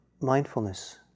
mindfulness